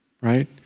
Right